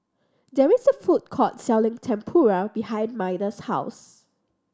there is a food court selling Tempura behind Maida's house